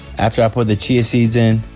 after i pour the chia seeds in,